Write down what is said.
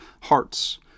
hearts